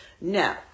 No